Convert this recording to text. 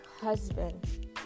husband